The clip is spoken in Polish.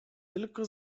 tylko